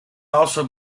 also